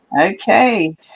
Okay